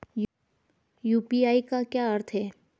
UPI का क्या अर्थ है?